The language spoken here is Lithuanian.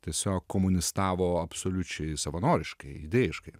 tiesiog komunistavo absoliučiai savanoriškai idėjiškai